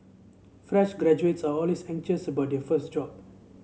fresh graduates are always anxious about their first job